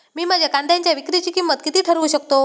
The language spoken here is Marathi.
मी माझ्या कांद्यांच्या विक्रीची किंमत किती ठरवू शकतो?